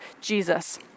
Jesus